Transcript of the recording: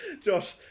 Josh